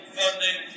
funding